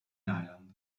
island